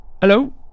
Hello